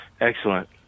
Excellent